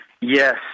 Yes